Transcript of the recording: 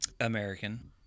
American